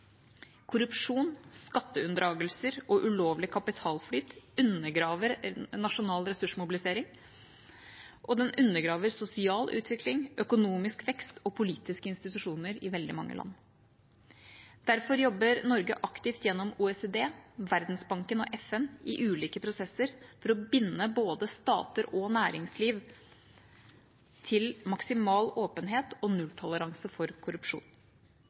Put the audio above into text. Korrupsjon, skatteunndragelser og ulovlig kapitalflyt undergraver nasjonal ressursmobilisering, og det undergraver sosial utvikling, økonomisk vekst og politiske institusjoner i veldig mange land. Derfor jobber Norge aktivt gjennom OECD, Verdensbanken og FN i ulike prosesser for å binde både stater og næringsliv til maksimal åpenhet og nulltoleranse for korrupsjon.